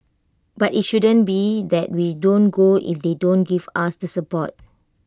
but IT shouldn't be that we don't go if they don't give us the support